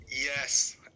yes